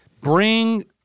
bring